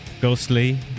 ghostly